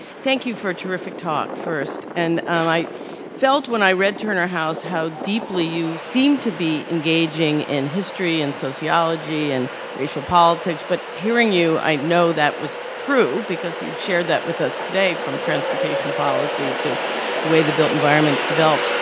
thank you for a terrific talk first. and um i felt when i read turner house how deeply you seemed to be engaging in history and sociology and racial politics. but hearing you i know that was true. because you've shared that with us today from transportation policy to the way the built environments develop.